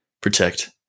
protect